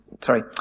sorry